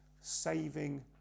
saving